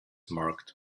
marked